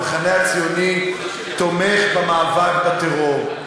המחנה הציוני תומך במאבק בטרור.